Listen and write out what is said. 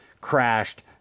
crashed